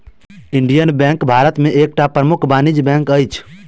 Indian bank Bharat में एकटा प्रमुख वाणिज्य बैंक अछि